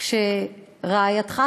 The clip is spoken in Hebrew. כשרעייתך,